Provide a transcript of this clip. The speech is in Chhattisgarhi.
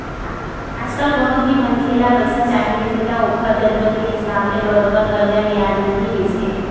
आजकल कोनो भी मनखे ल पइसा चाही रहिथे त ओखर जरुरत के हिसाब ले बरोबर करजा बियाज म ही मिलथे